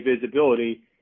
visibility